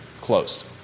closed